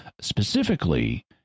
Specifically